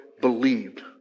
believed